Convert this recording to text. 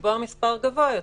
לקבוע מספר גבוה יותר.